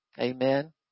amen